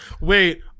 wait